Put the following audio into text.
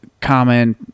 common